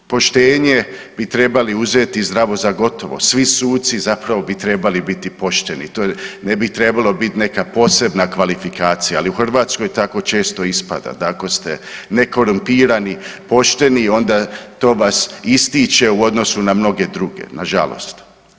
Poštenje bi trebali uzeti zdravo za gotovo, svi suci zapravo bi trebali biti pošteni, to ne bi trebalo biti neka posebna kvalifikacija, ali u Hrvatskoj tako često ispada da ako ste nekorumpirani, pošteni onda to vas ističe u odnosu na mnoge druge, nažalost.